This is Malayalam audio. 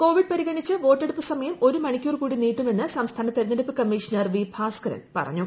കൊവിഡ് പരിഗണിച്ച് വോട്ടെടുപ്പ് സമയം ഒരു മണിക്കൂർ കൂടി നീട്ടുമെന്ന് സംസ്ഥാന തെരഞ്ഞെടുപ്പ് കമ്മിഷണർ വി ഭാസ്കരൻ പറഞ്ഞു